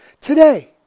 today